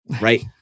right